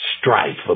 strife